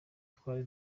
twari